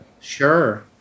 Sure